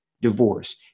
divorce